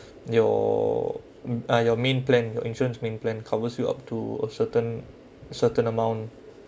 your um ah your main plan your insurance main plan covers you up to a certain certain amount